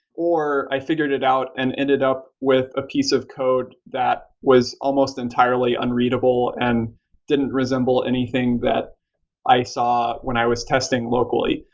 or i figured it out and ended up with a piece of code that was almost entirely unreadable and didn't resemble anything that i saw when i was testing locally,